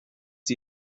sie